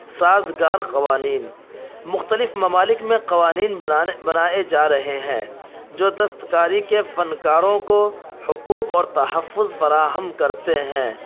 سازگار قوانین مختلف ممالک میں قوانین بنانے بنائے جا رہے ہیں جو دستکاری کے فنکاروں کو حقوق اور تحفظ فراہم کرتے ہیں